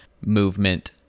movement